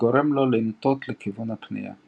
וגורם לו לנטות לכיוון הפנייה.